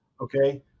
Okay